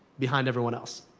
behind everyone else.